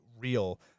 real